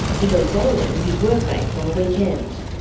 he goes bowling with his workmates on the weekend.